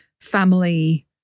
family